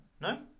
No